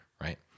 right